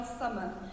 summer